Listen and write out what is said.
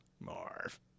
Marv